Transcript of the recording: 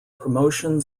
promotion